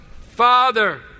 Father